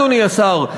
אדוני השר.